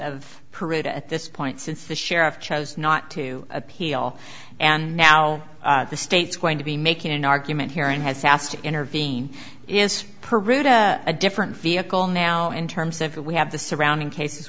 of parade at this point since the sheriff chose not to appeal and now the state's going to be making an argument here and has asked to intervene is a different vehicle now in terms of we have the surrounding cases